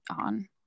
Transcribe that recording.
on